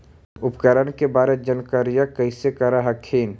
उपकरण के बारे जानकारीया कैसे कर हखिन?